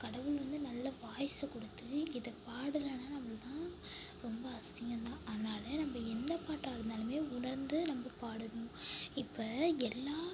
கடவுள் வந்து நல்ல வாய்ஸை கொடுத்து இதை பாடலைனா நம்மளுக்குத்தான் ரொம்ப அசிங்கம் தான் அதனால நம்ம என்ன பாட்டாக இருந்தாலும் உணர்ந்து நம்ம பாடணும் இப்போ எல்லா